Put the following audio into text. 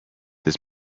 this